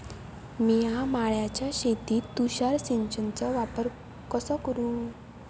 मिया माळ्याच्या शेतीत तुषार सिंचनचो वापर कसो करू?